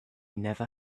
never